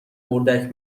اردک